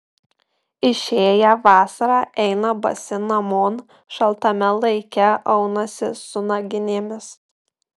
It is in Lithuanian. išėję vasarą eina basi namon šaltame laike aunasi su naginėmis